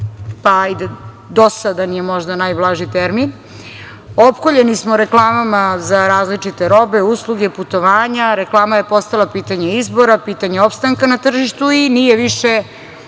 biti dosadan, možda je to najblaži termin. Opkoljeni smo reklamama za različite robe, usluge, putovanja. Reklama je postala pitanje izbora, pitanje opstanka na tržištu i nije više